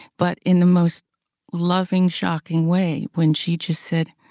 but in the most loving, shocking way when she just said,